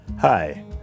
Hi